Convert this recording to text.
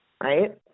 Right